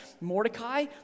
Mordecai